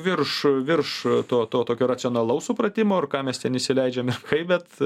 virš virš to to tokio racionalaus supratimo ir ką mes ten įsileidžiam ir kaip bet